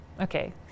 okay